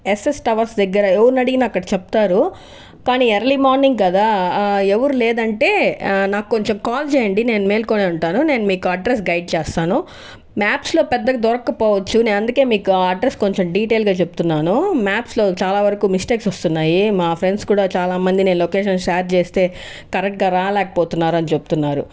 yes S towers దగ్గర ఎవరిని అడిగినా అక్కడ చెప్తారు కానీ ఎర్లీ మార్నింగ్ కదా ఎవరు లేదంటే నాకు కొంచం కాల్ చేయండి నేను మేల్కొనే ఉంటాను నేను మీకు అడ్రస్ గైడ్ చేస్తాను మ్యాప్స్లో పెద్దగా దొరక్కపోవచ్చు నేను అందుకే మీకు అడ్రస్ కొంచం డీటెయిల్గా చెప్తున్నాను మ్యాప్స్లో చాలా వరకు మిస్టేక్స్ వస్తున్నాయి మా ఫ్రెండ్స్ కూడా చాలా మంది నేను లొకేషన్ షేర్ చేస్తే కరెక్టుగా రాలేకపోతున్నారు అని చెప్తున్నారు